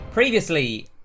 Previously